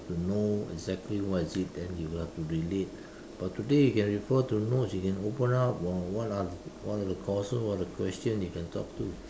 to know exactly what is it then you have to relate but today you can refer to notes you can open up on what are what are the causes what are the question you can talk to